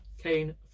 Kane